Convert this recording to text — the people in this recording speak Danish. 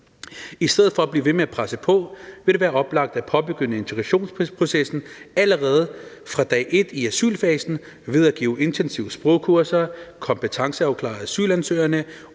I stedet for at blive ved med at presse på vil det være oplagt at påbegynde integrationsprocessen allerede fra dag et i asylfasen ved at give intensive sprogkurser; kompetenceafklare asylansøgerne;